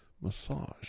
massage